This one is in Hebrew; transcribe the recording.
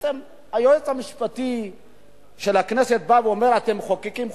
בעצם היועץ המשפטי של הכנסת אומר: אתם מחוקקים חוק,